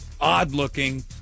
odd-looking